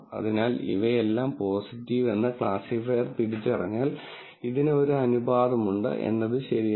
അതിനാൽ ഇവയെല്ലാം പോസിറ്റീവ് എന്ന് ക്ലാസിഫയർ തിരിച്ചറിഞ്ഞാൽ ഇതിന് ഒരു അനുപാതമുണ്ട് എന്നത് ശരിയാണ്